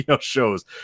shows